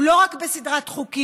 הוא לא רק בסדרת חוקים,